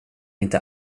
inte